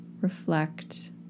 reflect